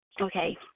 okay